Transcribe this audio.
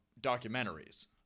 documentaries